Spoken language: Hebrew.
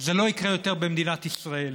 זה לא יקרה יותר במדינת ישראל.